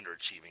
underachieving